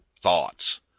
thoughts